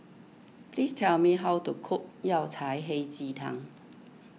please tell me how to cook Yao Cai Hei Ji Tang